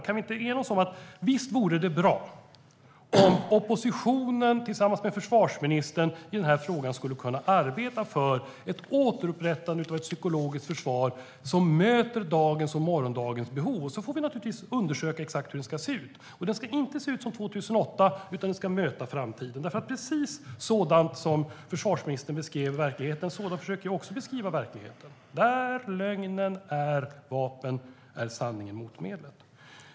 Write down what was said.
Kan vi inte enas om att det vore bra om oppositionen tillsammans med försvarsministern i den här frågan skulle kunna arbeta för ett återupprättande av ett psykologiskt försvar som möter dagens och morgondagens behov? Vi får naturligtvis undersöka exakt hur det ska se ut. Det ska inte se ut som 2008, utan det ska möta framtiden. Precis så som försvarsministern beskrev verkligheten försöker också jag beskriva verkligheten. Där lögnen är vapen är sanningen motmedlet.